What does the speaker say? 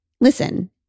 listen